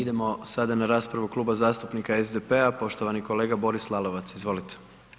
Idemo sada na raspravu Kluba zastupnika SDP-a, poštovani kolega Boris Lalovac, izvolite.